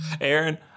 aaron